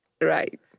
Right